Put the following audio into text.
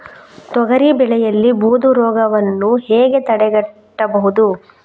ತೊಗರಿ ಬೆಳೆಯಲ್ಲಿ ಬೂದು ರೋಗವನ್ನು ಹೇಗೆ ತಡೆಗಟ್ಟಬಹುದು?